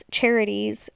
charities